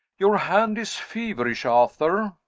your hand is feverish, arthur.